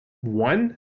one